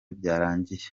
byarangiye